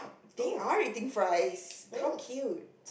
they are eating fries how cute